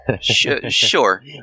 Sure